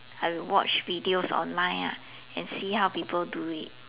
I watch videos online lah and see how people do it